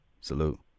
Salute